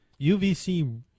UVC